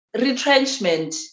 retrenchment